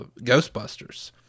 Ghostbusters